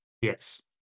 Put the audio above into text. Yes